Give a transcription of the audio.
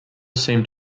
seemed